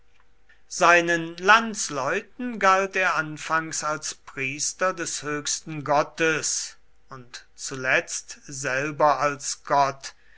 seinen landsleuten galt er anfangs als priester des höchsten gottes und zuletzt selber als gott